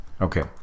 Okay